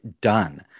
done